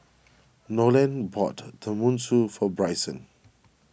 Nolen bought Tenmusu for Bryson